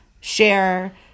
Share